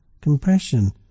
Compassion